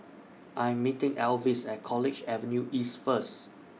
I Am meeting Elvis At College Avenue East First